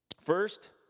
First